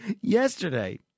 yesterday